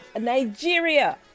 Nigeria